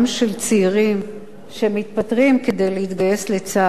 צעירים שמתפטרים כדי להתגייס לצה"ל,